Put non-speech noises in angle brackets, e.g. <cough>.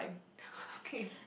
<breath> okay